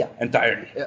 entirely